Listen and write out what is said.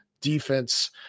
defense